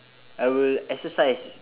I will exercise